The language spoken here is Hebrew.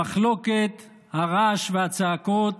המחלוקת, הרעש והצעקות